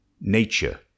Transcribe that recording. nature